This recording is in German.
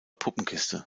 puppenkiste